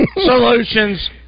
Solutions